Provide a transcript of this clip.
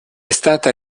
stata